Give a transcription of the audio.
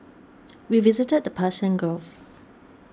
we visited the Persian Gulf